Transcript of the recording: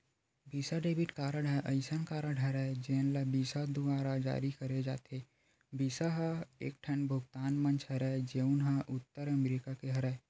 बिसा debit card ह असइन कारड हरय जेन ल बिसा दुवारा जारी करे जाथे, बिसा ह एकठन भुगतान मंच हरय जउन ह उत्तर अमरिका के हरय